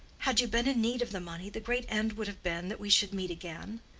had you been in need of the money, the great end would have been that we should meet again.